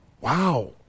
Wow